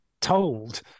told